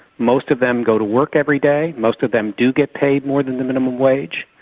most of them go to work every day, most of them do get paid more than the minimum wage,